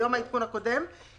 ביום העדכון הקודם,